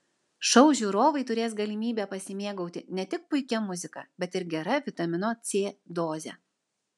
šou žiūrovai turės galimybę pasimėgauti ne tik puikia muzika bet ir gera vitamino c doze